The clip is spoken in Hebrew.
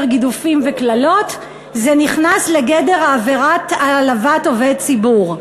גידופים וקללות זה נכנס לגדר עבירת העלבת עובד ציבור.